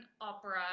opera